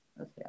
Okay